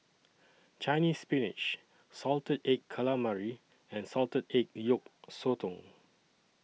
Chinese Spinach Salted Egg Calamari and Salted Egg Yolk Sotong